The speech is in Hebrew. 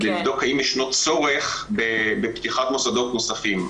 כדי לבדוק האם ישנו צורך בפתיחת מוסדות נוספים.